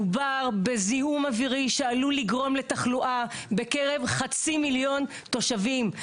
מדובר בזיהום אוויר שעלול לגרום לתחלואה בקרב חצי מיליון תושבים,